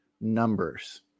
numbers